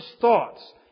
thoughts